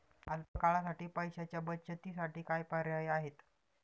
अल्प काळासाठी पैशाच्या बचतीसाठी काय पर्याय आहेत?